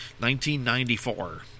1994